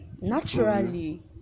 naturally